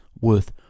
worth